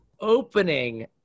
opening